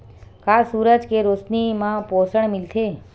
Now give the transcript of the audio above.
का सूरज के रोशनी म पोषण मिलथे?